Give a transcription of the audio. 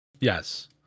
Yes